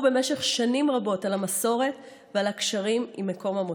במשך שנים רבות על המסורת ועל הקשרים עם מקום המוצא.